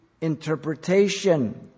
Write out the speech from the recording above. interpretation